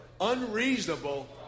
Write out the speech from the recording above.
unreasonable